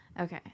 Okay